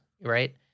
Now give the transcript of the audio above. right